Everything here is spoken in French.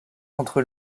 entre